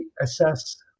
assess